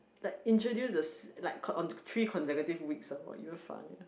like introduce the like on three consecutive weeks damn funny